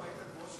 לא, איתן ברושי.